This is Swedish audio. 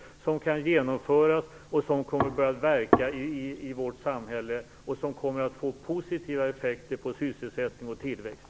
Dessa förslag kommer att kunna genomföras, de kommer att kunna verka i vårt samhälle och de kommer att få positiva effekter på sysselsättning och tillväxt.